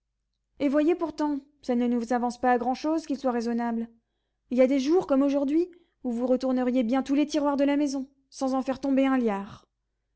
et voyez pourtant ça ne nous avance pas à grand-chose qu'il soit raisonnable il y a des jours comme aujourd'hui où vous retourneriez bien tous les tiroirs de la maison sans en faire tomber un liard